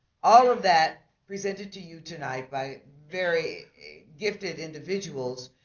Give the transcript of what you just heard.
all of that presented to you tonight by very gifted individuals.